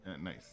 Nice